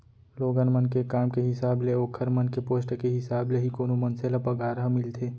लोगन मन के काम के हिसाब ले ओखर मन के पोस्ट के हिसाब ले ही कोनो मनसे ल पगार ह मिलथे